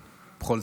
לא, הבן